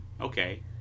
okay